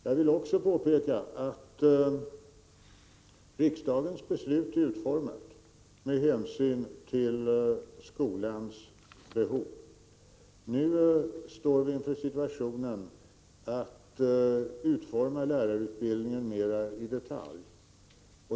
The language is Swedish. Jag vill också påpeka att riksdagens beslut är utformat med hänsyn till skolans behov. Nu står vi inför situationen att utforma lärarutbildningen mer i detalj.